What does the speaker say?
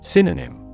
Synonym